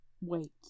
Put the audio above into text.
Wait